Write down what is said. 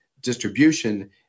distribution